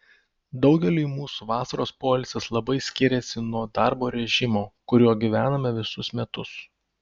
daugeliui mūsų vasaros poilsis labai skiriasi nuo darbo režimo kuriuo gyvename visus metus